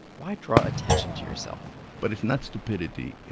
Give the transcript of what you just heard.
why draw attention to yourself? but it's not stupidity.